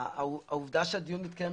העובדה שהדיון מתקיים